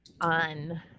on